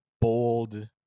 bold